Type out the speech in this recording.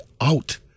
out